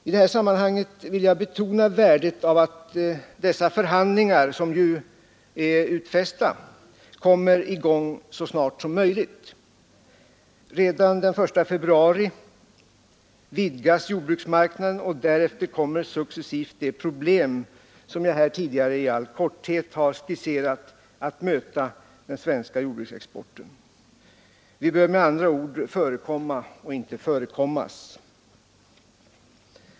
I detta sammanhang vill jag betona värdet av att dessa förhandlingar, som redan är aviserade, vilket reservanterna tycks ha förbisett, kommer i gång så snart som möjligt. Redan den 1 februari utvidgas jordbruksmarknaden, och därefter kommer successivt de problem som jag här tidigare i all korthet har skisserat att möta den svenska jordbruksexporten. Vi bör med andra ord förekomma, och inte förekommas.